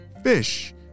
Fish